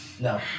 No